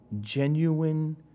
Genuine